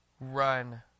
run